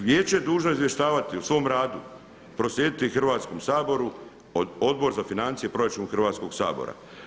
Vijeće je dužno izvještavati o svom radu, proslijediti Hrvatskom saboru, Odbor za financije, proračun Hrvatskog sabora.